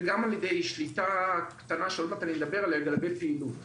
וגם על ידי שליטה קטנה לגבי פעילות.